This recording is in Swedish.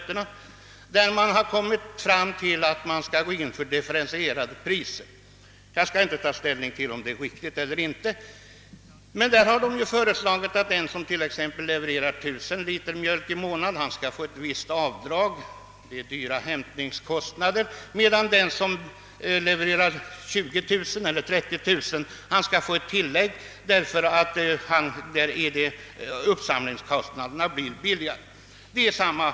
Den utredningen presenteras nu på olika RLF-möten. Jag skall inte här ta ställning till om systemet är riktigt eller inte. Men i den utredningen föreslås att den producent som levererar 1 000 liter mjölk per månad skall vidkännas ett visst avdrag därför att hämtningskostnaderna blir stora, medan den som levererar 20 000 eller 30 000 liter skall få ett tillägg därför att uppsamlingskostnaderna för honom blir lägre.